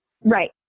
Right